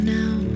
now